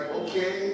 okay